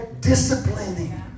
disciplining